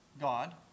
God